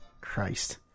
Christ